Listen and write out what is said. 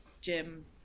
gym